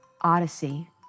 Odyssey